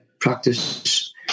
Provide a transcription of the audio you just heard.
practice